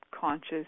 conscious